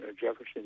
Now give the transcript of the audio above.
Jefferson